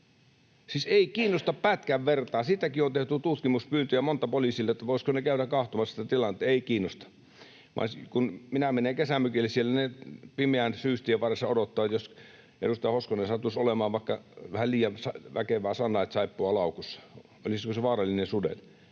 ei kiinnosta pätkän vertaa. Siitäkin on tehty monta tutkimuspyyntöä poliisille, että voisivatko he käydä katsomassa sitä tilannetta — ei kiinnosta. Kun minä menen kesämökille siellä, niin ne pimeän syystien varressa odottavat, jos edustaja Hoskosella sattuisi olemaan vaikka vähän liian väkevää Sunlight-saippuaa laukussa. Olisiko se vaarallinen sudelle?